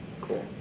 Cool